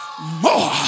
more